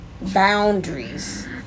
boundaries